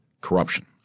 corruption